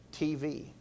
TV